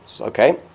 okay